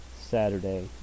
Saturday